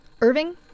Irving